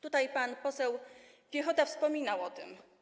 Tutaj pan poseł Piechota wspominał o tym.